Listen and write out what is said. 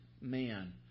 man